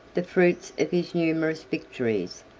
the fruits of his numerous victories.